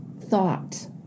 thought